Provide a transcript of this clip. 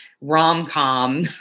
rom-com